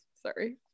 sorry